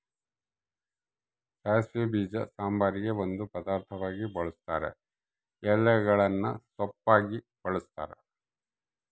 ಸಾಸಿವೆ ಬೀಜ ಸಾಂಬಾರಿಗೆ ಒಂದು ಪದಾರ್ಥವಾಗಿ ಬಳುಸ್ತಾರ ಎಲೆಗಳನ್ನು ಸೊಪ್ಪಾಗಿ ಬಳಸ್ತಾರ